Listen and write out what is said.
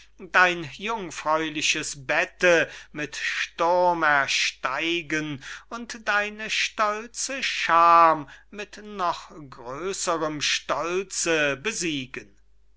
dein jungfräuliches bette mit sturm ersteigen und deine stolze scham mit noch gröserem stolze besiegen